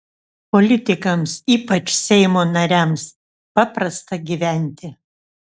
politikams ypač seimo nariams paprasta gyventi